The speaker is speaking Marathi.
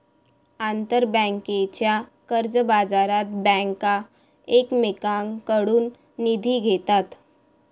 आंतरबँकेच्या कर्जबाजारात बँका एकमेकांकडून निधी घेतात